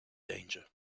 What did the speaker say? danger